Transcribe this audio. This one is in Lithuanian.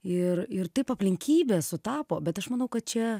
ir ir taip aplinkybės sutapo bet aš manau kad čia